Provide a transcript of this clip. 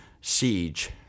siege